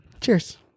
Cheers